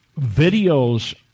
videos